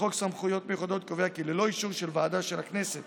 לחוק סמכויות מיוחדות קובע כי ללא אישור של ועדה של הכנסת